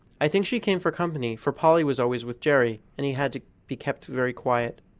i think she came for company, for polly was always with jerry, and he had to be kept very quiet.